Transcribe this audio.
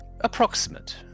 approximate